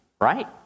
right